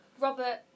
Robert